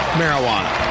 marijuana